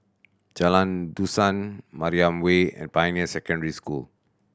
Jalan Dusun Mariam Way and Pioneer Secondary School